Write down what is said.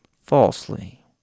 falsely